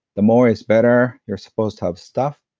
the more is better. you're supposed to have stuff.